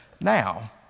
now